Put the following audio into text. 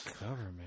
Government